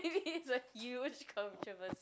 is a huge controversy